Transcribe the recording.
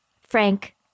Frank